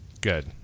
Good